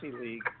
league –